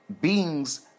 beings